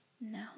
No